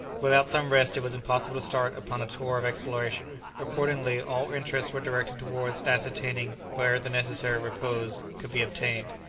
without some rest it was impossible to start upon a tour of exploration accordingly, all interests were directed towards ascertaining where the necessary repose could be obtained.